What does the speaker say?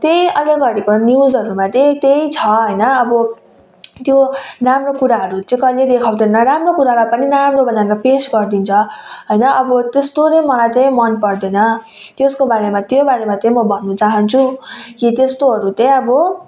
त्यही अहिले घडीको न्युजहरूमा चाहिँ त्यही छ होइन अब त्यो राम्रो कुराहरू चाहिँ कहिले देखाउँदैन राम्रो कुरालाई पनि नराम्रो बनाएर पेस गरिदिन्छ होइन अब त्यस्तो नै मलाई चाहिँ मन पर्दैन त्यसको बारेमा त्यो बारेमा चाहिँ म भन्न चाहन्छु कि त्यस्तोहरू चाहिँ अब